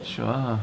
sure